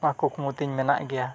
ᱚᱱᱟ ᱠᱩᱠᱢᱩ ᱛᱤᱧ ᱢᱮᱱᱟᱜ ᱜᱮᱭᱟ